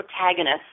protagonist